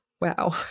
wow